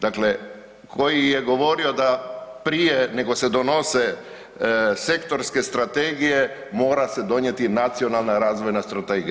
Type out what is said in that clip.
Dakle, koji je govorio da, prije nego se donose sektorske strategije, mora se donijeti Nacionalna razvojna strategija.